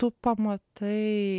tu pamatai